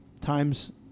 times